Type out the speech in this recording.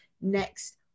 next